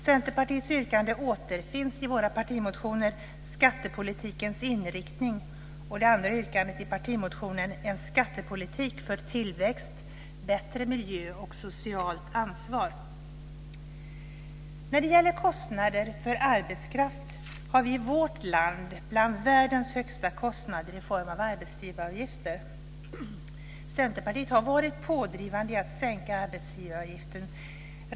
Centerpartiets yrkanden återfinns i våra partimotioner Skattepolitikens inriktning och En skattepolitik för tillväxt, bättre miljö och socialt ansvar. När det gäller kostnader för arbetskraft har vi i vårt land bland världens högsta kostnader i form av arbetsgivaravgifter. Centerpartiet har varit pådrivande i att sänka arbetsgivaravgiften.